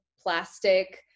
plastic